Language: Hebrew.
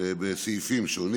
בסעיפים שונים.